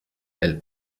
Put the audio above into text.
elles